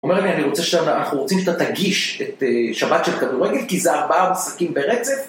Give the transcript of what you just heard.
אומר לי אני רוצה שאנחנו... אנחנו רוצים שאתה תגיש את שבת של כדורגל כי זה ארבעה משחקים ברצף